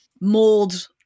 mold